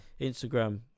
Instagram